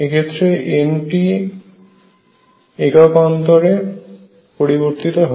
এক্ষেত্রে N টি একক অন্তরে পরিবর্তিত হয়